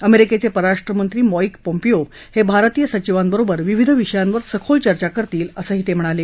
अमेरिकेचे परराष्ट्रमंत्री Mike Pompeo हे भारतीय सचिवांबरोबर विविध विषयांवर सखोल चर्चा करतील असंही ते म्हणाले